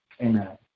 Amen